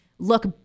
look